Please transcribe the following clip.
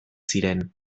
ziren